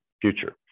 future